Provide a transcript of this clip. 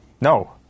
No